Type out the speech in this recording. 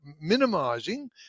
minimising